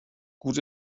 gut